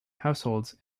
households